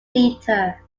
theater